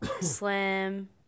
Slim